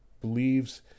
believes